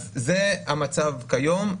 זה המצב כיום.